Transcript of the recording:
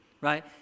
right